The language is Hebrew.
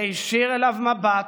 להישיר אליו מבט,